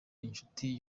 inshuti